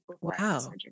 wow